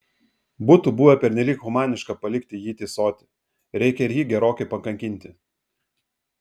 būtų buvę pernelyg humaniška palikti jį tįsoti reikia ir jį gerokai pakankinti